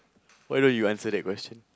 why don't you answer that question